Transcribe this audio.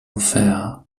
fare